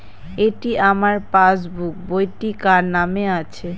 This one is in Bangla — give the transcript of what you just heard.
এটি আমার পাসবুক বইটি কার নামে আছে?